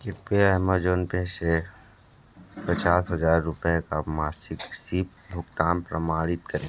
कृपया Amazon Pay से पचास हज़ार रुपये का मासिक भुगतान प्रमाणित करें